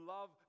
Love